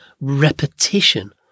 repetition